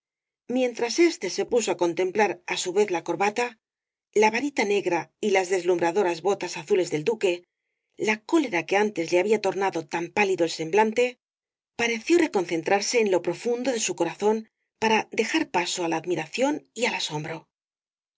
mientras éste se puso á contemplar á su vez la corbata la varita negra y las deslumbradoras botas azules del duque la cólera que antes le había tornado tan pálido el semblante pareció reconcentrarse en lo profundo de su corazón para dejar paso á la admiración y al asombro